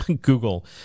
Google